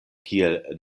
kiel